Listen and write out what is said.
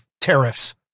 tariffs